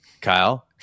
Kyle